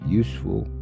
useful